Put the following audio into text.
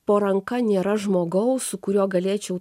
po ranka nėra žmogaus su kuriuo galėčiau